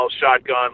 shotgun